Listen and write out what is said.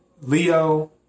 Leo